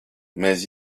mais